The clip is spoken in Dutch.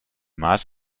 maas